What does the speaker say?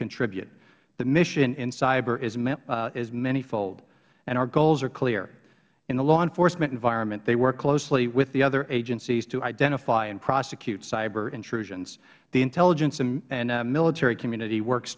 contribute the mission in cyber is many fold and our goals are clear in the law enforcement environment they work closely with the other agencies to identify and prosecute cyber intrusions the intelligence and military community work